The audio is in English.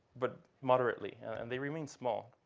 but moderately. and they remain small.